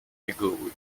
inglewood